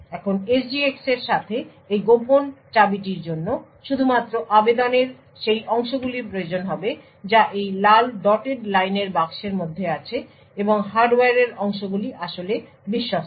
এখন SGX এর সাথে এই গোপন কীটির জন্য শুধুমাত্র আবেদনের সেই অংশগুলির প্রয়োজন হবে যা এই লাল ডটেড লাইনের বাক্সের মধ্যে আছে এবং হার্ডওয়্যারের অংশগুলি আসলে বিশ্বস্ত